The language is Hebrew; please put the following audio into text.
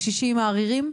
הקשישים העריריים?